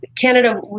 Canada